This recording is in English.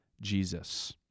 Jesus